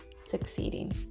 succeeding